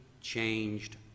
changed